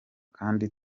kandi